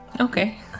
okay